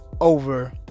over